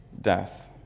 death